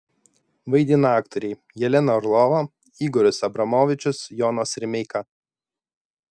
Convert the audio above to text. vaidina aktoriai jelena orlova igoris abramovičius jonas rimeika